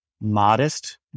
modest